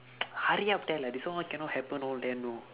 hurry up tell lah this one all cannot happen all then know